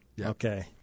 Okay